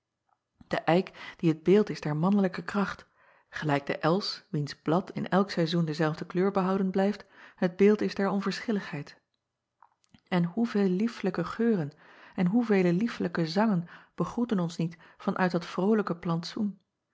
de eik die het beeld is der mannelijke kracht gelijk de els wiens blad in elk saizoen dezelfde kleur behouden blijft het beeld is der onverschilligheid n hoevele lieflijke geuren en hoevele lieflijke zangen begroetten ons niet van uit dat vrolijke plantsoen